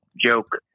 joke